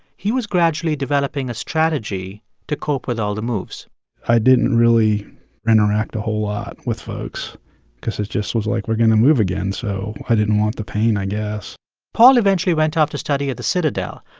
he was gradually developing a strategy to cope with all the moves i didn't really interact a whole lot with folks because it just was like, we're going to move again, so i didn't want the pain, i guess paul eventually went off to study at the citadel,